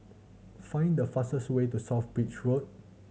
find the fastest way to South Bridge Road